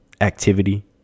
activity